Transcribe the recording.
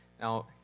Now